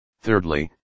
Thirdly